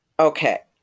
Okay